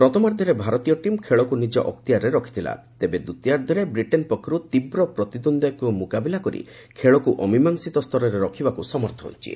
ପ୍ରଥମାର୍ଦ୍ଧରେ ଭାରତୀୟ ଟିମ୍ ଖେଳକୁ ନିଜ ଅକ୍ତିଆରରେ ରଖିଥିଲା ଏବଂ ଦ୍ୱିତୀୟାର୍ଦ୍ଧରେ ବ୍ରିଟେନ୍ ପକ୍ଷରୁ ତୀବ୍ର ପ୍ରତିଦ୍ୱନ୍ଦ୍ୱିତାକୁ ମୁକାବିଲା କରି ଖେଳକୁ ଅମିମାଂଶିତ ସ୍ତରରେ ରଖିବାକୁ ସମର୍ଥ ହୋଇଛି